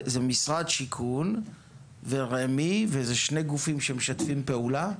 זה משרד שיכון ורמ"י ואלה שני גופים שמשתפים פעולה,